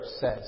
says